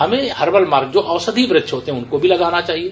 हमें हर्बल मार्गो जो औषधि वृक्ष होते हैं उनको भी लगाना चाहिये